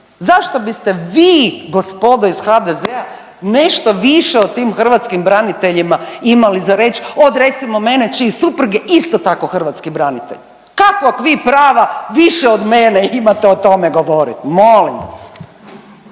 Zašto biste vi gospoda ih HDZ-a nešto više o tim hrvatskim braniteljima imali za reći od recimo mene čiji suprug je isto tako hrvatski branitelj? Kakvog vi prava više od mene imate o tome govoriti? Molim vas.